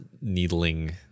needling